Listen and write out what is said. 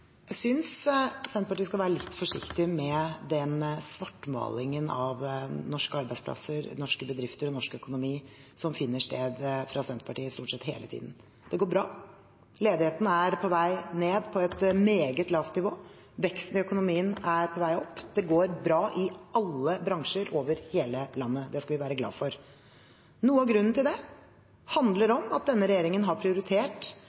Jeg synes Senterpartiet skal være litt forsiktig med den svartmalingen av norske arbeidsplasser, norske bedrifter og norsk økonomi, noe som finner sted fra Senterpartiet nesten hele tiden. Det går bra, ledigheten er på vei ned på et meget lavt nivå, veksten i økonomien er på vei opp. Det går bra i alle bransjer over hele landet, det skal vi være glad for. Noe av grunnen til det er at denne regjeringen har prioritert